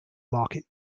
market